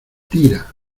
tira